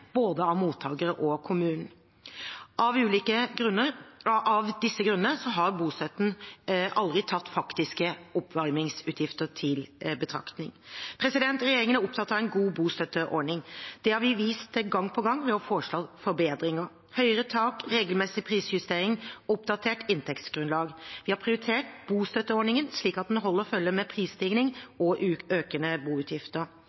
både av mottakere og av kommunen. Av disse grunnene har bostøtten aldri tatt faktiske oppvarmingsutgifter i betraktning. Regjeringen er opptatt av en god bostøtteordning. Det har vi vist gang på gang ved å foreslå forbedringer: høyere tak, regelmessig prisjustering, oppdatert inntektsgrunnlag. Vi har prioritert bostøtteordningen slik at den holder følge med prisstigning og økende boutgifter.